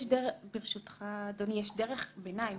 ברשותך אדוני, יש דרך ביניים.